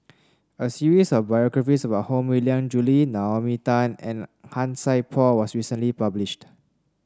a series of biographies about Koh Mui Hiang Julie Naomi Tan and Han Sai Por was recently published